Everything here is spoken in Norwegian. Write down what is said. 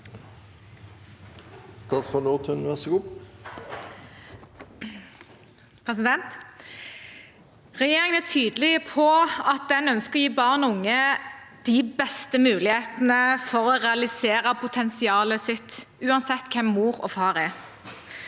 Regjerin- gen er tydelig på at den ønsker å gi barn og unge de beste mulighetene for å realisere potensialet sitt, uansett hvem mor og far er.